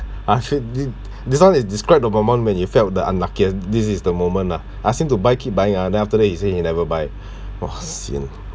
actually thi~ this [one] is describe the moment when you felt the unluckiest this is the moment lah I ask him to buy keep buying ah then after that he say he never buy !wah! sian oh